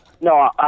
No